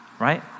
right